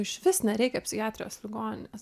išvis nereikia psichiatrijos ligonines